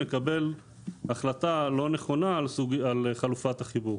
נקבל החלטה לא נכונה על חלופת החיבור.